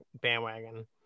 bandwagon